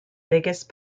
biggest